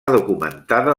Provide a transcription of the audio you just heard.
documentada